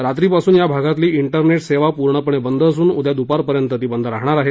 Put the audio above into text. रात्रीपासून या भागातली इंटरनेट सेवा पूर्णपणे बंद असून उद्या दुपारपर्यंत ती बंद राहणार आहे